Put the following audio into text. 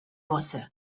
bosse